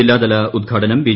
ജില്ലാ തല ഉദ്ഘാടനം ബി